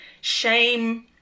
shame